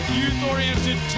youth-oriented